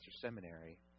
Seminary